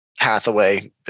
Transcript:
hathaway